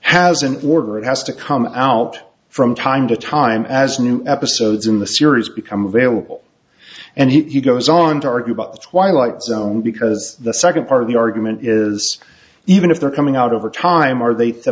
has an order it has to come out from time to time as new episodes in the series become available and he goes on to argue about the twilight zone because the second part of the argument is even if they're coming out over time are they the